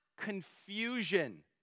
confusion